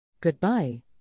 Goodbye